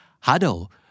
huddle